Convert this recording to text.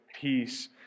peace